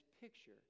picture